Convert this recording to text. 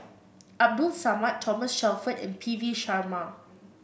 Abdul Samad Thomas Shelford and P V Sharma